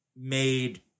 made